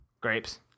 Grapes